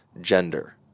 gender